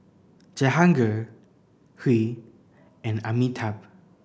Jehangirr Hri and Amitabh